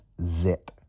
zit